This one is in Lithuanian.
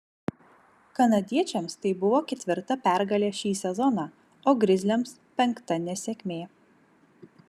kanadiečiams tai buvo ketvirta pergalė šį sezoną o grizliams penkta nesėkmė